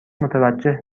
متوجه